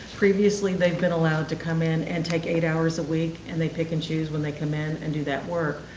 previously they've been allowed to come in and take eight hours a week and they pick and choose when they come in and do that work.